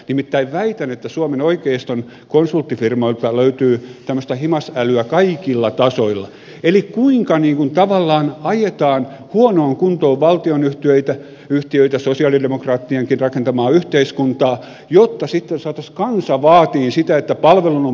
nimittäin väitän että suomen oikeiston konsulttifirmoilta löytyy tämmöistä himas älyä kaikilla tasoilla eli kuinka tavallaan ajetaan huonoon kuntoon valtionyhtiöitä sosialidemokraattienkin rakentamaa yhteiskuntaa jotta sitten saataisiin kansa vaatimaan sitä että palvelun on parannuttava